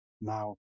Now